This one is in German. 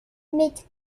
mit